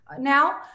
Now